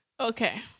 Okay